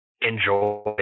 enjoy